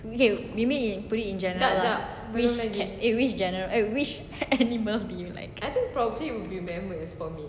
okay maybe put it in general lah in which general eh which animal do you like